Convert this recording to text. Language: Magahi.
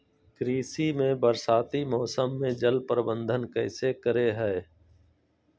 कृषि में बरसाती मौसम में जल प्रबंधन कैसे करे हैय?